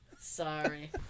Sorry